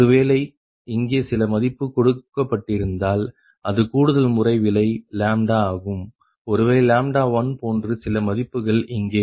ஒருவேளை இங்கே சில மதிப்பு கொடுக்கப்பட்டிருந்தால் இது கூடுதல்முறை விலை λ ஆகும் ஒருவேளை λ 1 போன்று சில மதிப்புகள் இங்கே